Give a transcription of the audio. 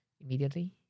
Immediately